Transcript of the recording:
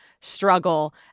struggle